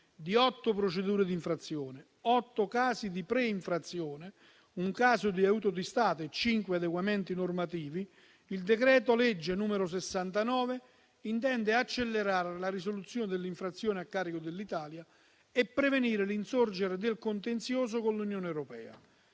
di otto procedure di infrazione, otto casi di pre-infrazione, un caso di aiuto di Stato e cinque adeguamenti normativi, il decreto-legge n. 69 del 2023 intende accelerare la risoluzione delle infrazioni a carico dell'Italia e prevenire l'insorgere del contenzioso con l'Unione europea.